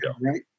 right